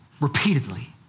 Repeatedly